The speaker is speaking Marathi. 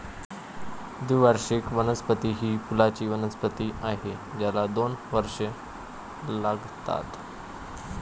द्विवार्षिक वनस्पती ही फुलांची वनस्पती आहे ज्याला दोन वर्षे लागतात